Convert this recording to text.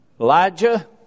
Elijah